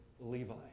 Levi